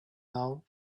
now